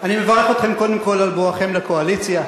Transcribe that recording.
אני מברך אתכם, קודם כול על בואכם לקואליציה.